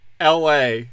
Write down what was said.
LA